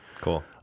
Cool